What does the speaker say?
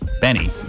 Benny